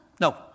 No